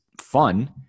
fun